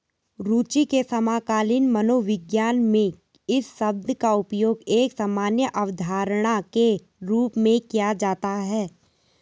रूचि के समकालीन मनोविज्ञान में इस शब्द का उपयोग एक सामान्य अवधारणा के रूप में किया जाता है